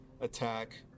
attack